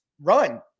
run